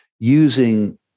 using